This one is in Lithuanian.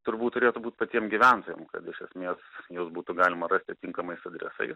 turbūt turėtų būt patiem gyventojam kad iš esmės juos būtų galima rasti tinkamais adresais